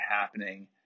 happening